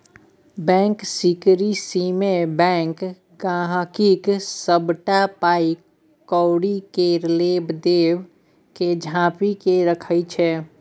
bank सिकरेसीमे bank गांहिकीक सबटा पाइ कौड़ी केर लेब देब केँ झांपि केँ राखय छै